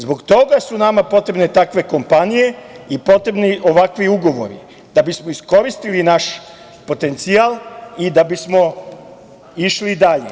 Zbog toga su nama potrebne takve kompanije i potrebni ovakvi ugovori da bismo iskoristili naš potencijal i da bi smo išli dalje.